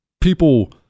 People